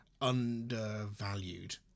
undervalued